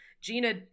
Gina